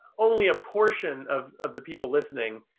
only a portion of of the people listening,